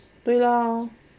对咯